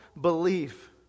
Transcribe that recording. belief